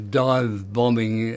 dive-bombing